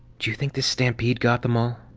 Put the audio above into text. do you think the stampede got them all?